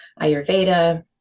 ayurveda